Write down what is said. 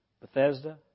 Bethesda